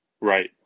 Right